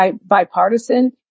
bipartisan